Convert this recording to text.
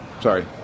Sorry